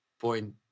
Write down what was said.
point